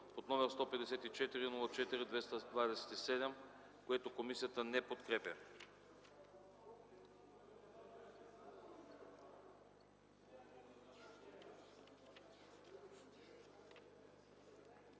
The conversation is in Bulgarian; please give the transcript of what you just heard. Богданова, № 154-04-227, което комисията не подкрепя.